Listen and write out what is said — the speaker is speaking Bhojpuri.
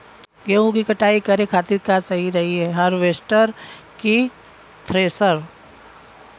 गेहूँ के कटाई करे खातिर का सही रही हार्वेस्टर की थ्रेशर?